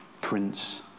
Prince